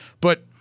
But-